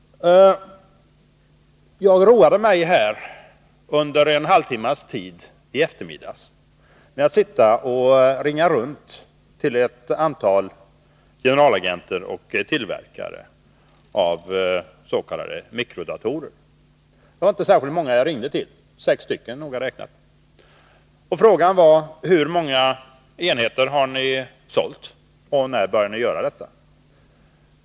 Jag roade mig under en halvtimmes tid i eftermiddags med att ringa runt till ett antal generalagenter för och tillverkare av s.k. mikrodatorer. Det var inte särskilt många jag ringde till — sex stycken, noga räknat. Frågan var: Hur många enheter har ni sålt och när började ni göra detta?